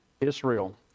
Israel